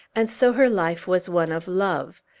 and so her life was one of love.